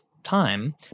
Time